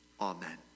Amen